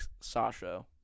Sasha